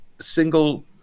Single